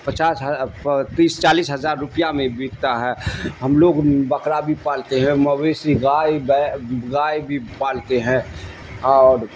پچاس تیس چالیس ہزار روپیہ میں بکتا ہے ہم لوگ بکرا بھی پالتے ہیں مویشی گائے گائے بھی پالتے ہیں اور